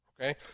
Okay